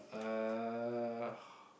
uh